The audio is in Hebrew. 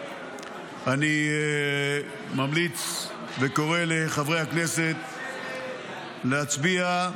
אני ממליץ וקורא לחברי הכנסת להצביע,